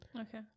Okay